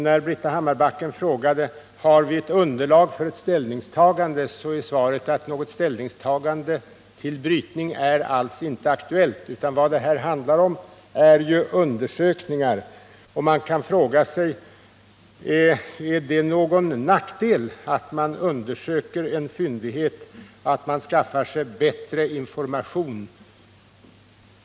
När Britta Hammarbacken frågar om vi har underlag för ett ställningstagande, blir svaret att något ställningstagande till brytning inte alls är aktuellt. Vad det här handlar om är undersökningar. Man kan fråga sig om det är någon nackdel att vi undersöker en fyndighet och skaffar oss bättre information.